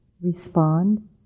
Respond